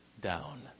down